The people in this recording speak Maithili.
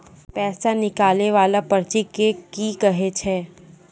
पैसा निकाले वाला पर्ची के की कहै छै?